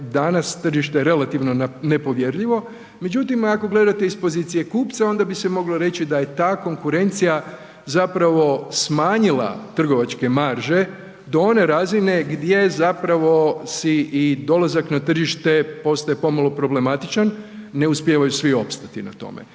danas tržište relativno nepovjerljivo, međutim ako gledate iz pozicije kupca, onda bi se moglo reći da je ta konkurencija zapravo smanjila trgovačke marže do one razine gdje zapravo si i dolazak na tržište postaje pomalo problematičan, ne uspijevaju svi opstati na tome.